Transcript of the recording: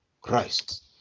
christ